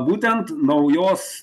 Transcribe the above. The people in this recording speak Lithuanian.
būtent naujos